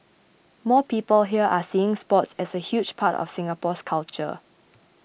more people here are seeing sports as a huge part of Singapore's culture